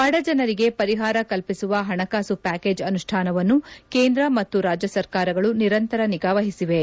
ಬಡಜನರಿಗೆ ಪರಿಹಾರ ಕಲ್ಪಿಸುವ ಹಣಕಾಸು ಪ್ಯಾಕೇಜ್ ಅನುಷ್ಠಾನವನ್ನು ಕೇಂದ್ರ ಮತ್ತು ರಾಜ್ಯ ಸರ್ಕಾರಗಳು ನಿರಂತರ ನಿಗಾವಹಿಸಿವೆ